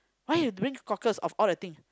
why you bring cockles of all the thing